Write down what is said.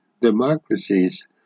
democracies